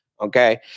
okay